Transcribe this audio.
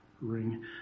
ring